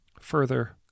Further